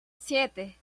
siete